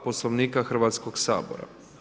Poslovnika Hrvatskog sabora.